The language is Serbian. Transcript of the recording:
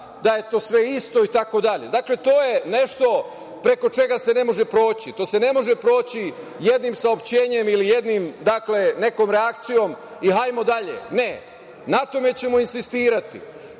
da je to sve isto i tako dalje. Dakle, to je nešto preko čega se ne može proći. To se ne može proći jednim saopštenjem ili nekom reakcijom i hajmo dalje. Ne, na tome ćemo insistirati. Koristim